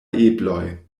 ebloj